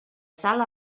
salt